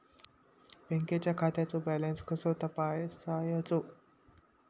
बँकेच्या खात्याचो कसो बॅलन्स तपासायचो?